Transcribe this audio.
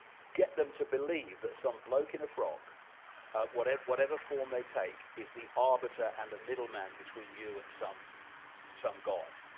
get them to believe that some bloke in a frock whatever whatever form they take, is the arbiter and the middleman between you and some some god,